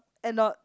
and not